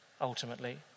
ultimately